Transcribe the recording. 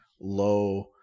low